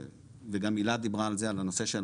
וגם הילה דיברה על זה,